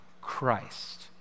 Christ